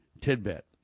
tidbit